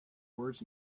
words